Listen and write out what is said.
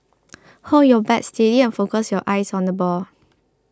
hold your bat steady and focus your eyes on the ball